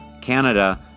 Canada